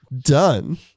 Done